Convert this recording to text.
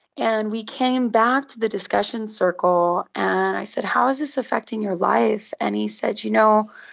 and we came back to the discussion circle and i said, how is this affecting your life? and he said, you know,